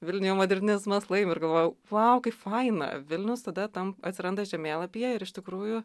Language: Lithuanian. vilniuje modernizmas laimi ir galvojau vau kaip faina vilnius tada tam atsiranda žemėlapyje ir iš tikrųjų